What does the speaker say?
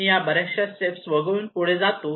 मी या बऱ्याचशा स्टेप्स वगळून पुढे जातो